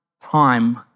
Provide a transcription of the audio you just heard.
time